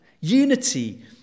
Unity